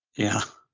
yeah.